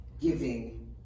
giving